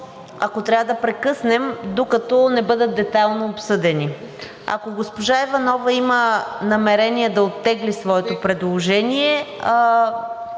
да прекъснем, докато не бъдат детайлно обсъдени. Ако госпожа Иванова има намерение да оттегли своето предложение…